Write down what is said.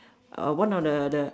uh one of the the